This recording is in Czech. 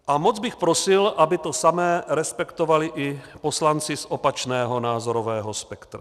A moc bych prosil, aby to samé respektovali i poslanci z opačného názorového spektra.